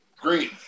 Green